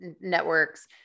networks